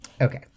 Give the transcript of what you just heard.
okay